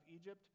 Egypt